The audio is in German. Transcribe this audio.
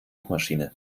suchmaschine